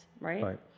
right